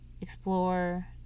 Explore